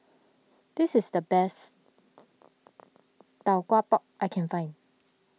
this is the best Tau Kwa Pau I can find